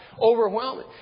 Overwhelming